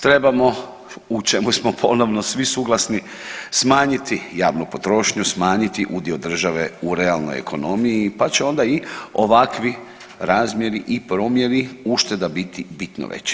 Trebamo, u čemu smo ponovno svi suglasni, smanjiti javnu potrošnju, smanjiti udio države u realnoj ekonomiji, pa će onda i ovakvi razmjeri i promjeri ušteda biti bitno veći.